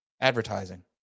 advertising